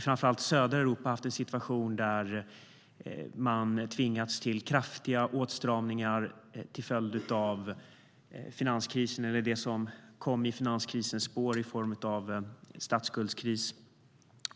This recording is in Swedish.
Framför allt i södra Europa har vi haft en situation där man har tvingats till kraftiga åtstramningar till följd av finanskrisen eller det som kom i finanskrisens spår i form av statsskuldskris.